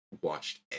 watched